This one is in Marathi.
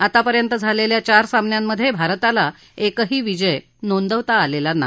आतापर्यंत झालेल्या चार सामन्यांमधे भारताला एकही विजय नोंदवता आलेला नाही